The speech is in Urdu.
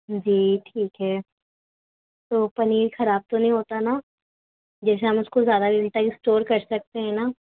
جی ٹھیک ہے تو پنیر خراب تو نہیں ہوتا نا جیسے ہم اس کو زیادہ اسٹور کر سکتے ہیں نا